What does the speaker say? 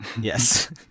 yes